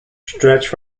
stretched